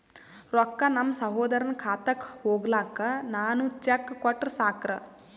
ರೊಕ್ಕ ನಮ್ಮಸಹೋದರನ ಖಾತಕ್ಕ ಹೋಗ್ಲಾಕ್ಕ ನಾನು ಚೆಕ್ ಕೊಟ್ರ ಸಾಕ್ರ?